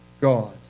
God